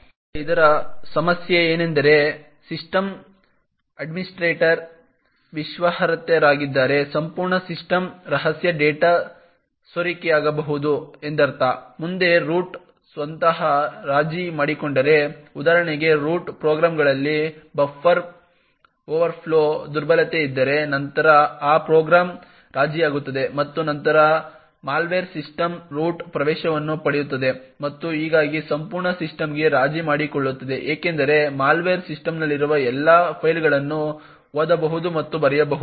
ಈಗ ಇದರ ಸಮಸ್ಯೆ ಏನೆಂದರೆ ಸಿಸ್ಟಮ್ ಅಡ್ಮಿನಿಸ್ಟ್ರೇಟರ್ ವಿಶ್ವಾಸಾರ್ಹರಾಗಿದ್ದರೆ ಸಂಪೂರ್ಣ ಸಿಸ್ಟಮ್ ರಹಸ್ಯ ಡೇಟಾ ಸೋರಿಕೆಯಾಗಬಹುದು ಎಂದರ್ಥ ಮುಂದೆ ರೂಟ್ ಸ್ವತಃ ರಾಜಿ ಮಾಡಿಕೊಂಡರೆ ಉದಾಹರಣೆಗೆ ರೂಟ್ ಪ್ರೋಗ್ರಾಂಗಳಲ್ಲಿ ಬಫರ್ ಓವರ್ಫ್ಲೋ ದುರ್ಬಲತೆ ಇದ್ದರೆ ನಂತರ ಆ ಪ್ರೋಗ್ರಾಂ ರಾಜಿಯಾಗುತ್ತದೆ ಮತ್ತು ನಂತರ ಮಾಲ್ವೇರ್ ಸಿಸ್ಟಮ್ಗೆ ರೂಟ್ ಪ್ರವೇಶವನ್ನು ಪಡೆಯುತ್ತದೆ ಮತ್ತು ಹೀಗಾಗಿ ಸಂಪೂರ್ಣ ಸಿಸ್ಟಮ್ಗೆ ರಾಜಿ ಮಾಡಿಕೊಳ್ಳುತ್ತದೆ ಏಕೆಂದರೆ ಮಾಲ್ವೇರ್ ಸಿಸ್ಟಮ್ನಲ್ಲಿರುವ ಎಲ್ಲಾ ಫೈಲ್ಗಳನ್ನು ಓದಬಹುದು ಮತ್ತು ಬರೆಯಬಹುದು